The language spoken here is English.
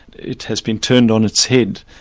it has been turned on its head.